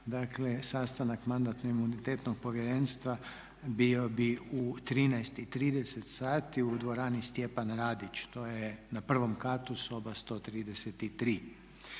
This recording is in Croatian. dakle sastanak Mandatno-imunitetnog povjerenstva bio bi u 13,30 sati u dvorani Stjepan Radić, to je na prvom katu, soba 133.